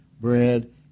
bread